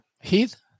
Heath